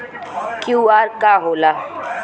QR का होला?